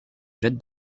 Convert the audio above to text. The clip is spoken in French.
jette